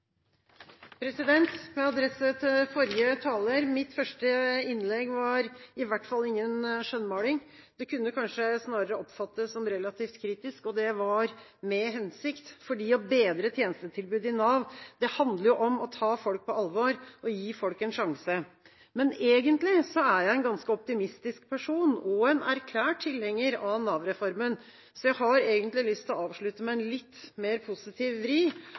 Mitt første innlegg var i hvert fall ingen skjønnmaling, det kunne kanskje snarere oppfattes som relativt kritisk. Det var med hensikt, for å bedre tjenestetilbudet i Nav handler om å ta folk på alvor og gi folk en sjanse. Men egentlig er jeg en ganske optimistisk person og en erklært tilhenger av Nav-reformen, så jeg har egentlig lyst til å avslutte med en litt mer positiv vri,